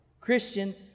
Christian